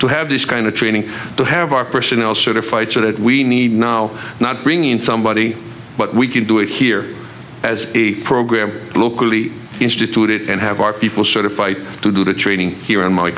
to have this kind of training to have our personnel certified so that we need now not bring in somebody but we can do it here as a program locally instituted and have our people sort of fight to do the training here in my